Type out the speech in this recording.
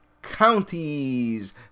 counties